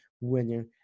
winner